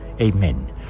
Amen